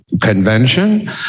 convention